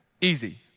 Easy